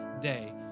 day